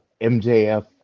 MJF